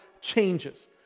changes